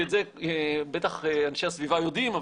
שאת זה בטח אנשי הסביבה יודעים,